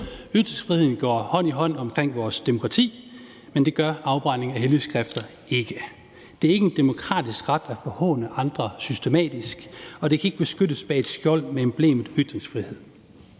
Ytringsfriheden går jo hånd i hånd med vores demokrati, men det gør afbrændingen af hellige skrifter ikke. Det er ikke en demokratisk ret at forhåne andre systematisk, og det kan ikke beskyttes bag et skjold med emblemet ytringsfrihed.